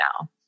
now